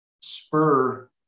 spur